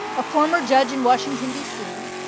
a former judge in washington, d c,